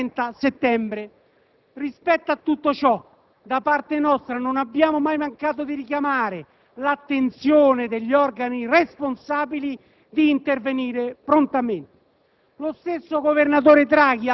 Non può essere invocato l'alibi della contrapposizione: abbiamo voluto dare continuità alle nostre responsabilità di Governo nell'ambito della materia comunitaria. PRESIDENTE.